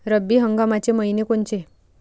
रब्बी हंगामाचे मइने कोनचे?